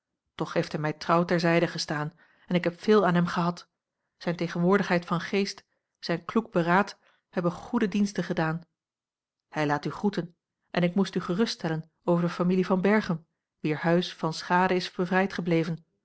toch heeft hij mij trouw ter zijde gestaan en ik heb veel aan hem gehad zijne tegenwoordigheid van geest zijn kloek beraad hebben goede diensten gedaan hij laat u groeten en ik moest u geruststellen over de familie van berchem wier huis van schade is bevrijd gebleven